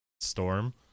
storm